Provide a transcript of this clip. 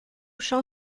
chão